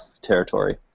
territory